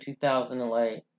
2008